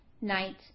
night